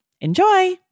Enjoy